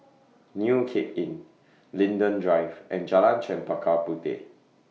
New Cape Inn Linden Drive and Jalan Chempaka Puteh